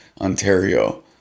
Ontario